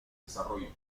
desarrollo